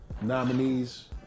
nominees